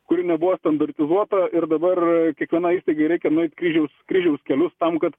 kuri nebuvo standartizuota ir dabar kiekvienai įstaigai reikia nueit kryžiaus kryžiaus kelius tam kad